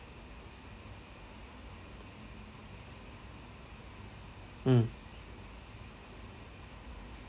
mm